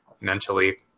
mentally